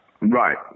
Right